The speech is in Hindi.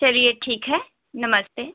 चलिए ठीक है नमस्ते